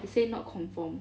they say not confirm